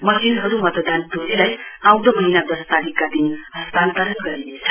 मशिनहरू मतदान टोलीलाई आँउदो महीना दस तारीकका दिन हस्तान्तरण गरिनेछ